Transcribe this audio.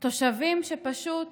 תושבים שפשוט